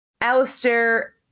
Alistair